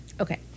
Okay